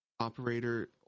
Operator